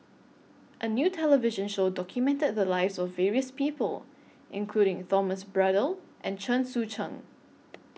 A New television Show documented The Lives of various People including Thomas Braddell and Chen Sucheng